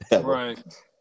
Right